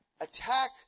attack